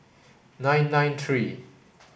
nine nine three